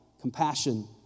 compassion